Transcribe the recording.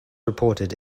reported